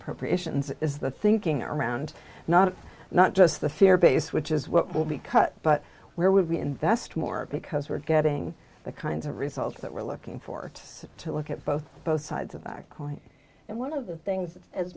appropriations is the thinking around not not just the fear base which is what will be cut but where we invest more because we're getting the kinds of results that we're looking for to look at both both sides of the coin and one of the things